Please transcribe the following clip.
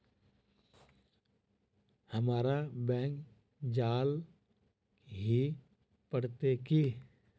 हमरा बैंक जाल ही पड़ते की?